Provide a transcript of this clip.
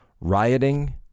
rioting